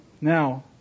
Now